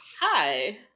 hi